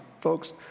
folks